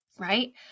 right